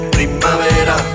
Primavera